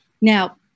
Now